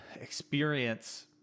experience